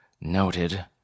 noted